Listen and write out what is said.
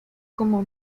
como